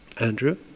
Andrew